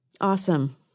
Awesome